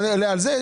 מדברים על הקורונה,